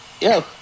Yo